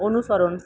অনুসরণ